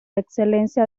excelencia